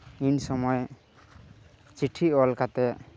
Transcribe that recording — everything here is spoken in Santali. ᱩᱱ ᱥᱚᱢᱚᱭ ᱪᱤᱴᱷᱤ ᱚᱞ ᱠᱟᱛᱮᱫ